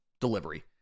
delivery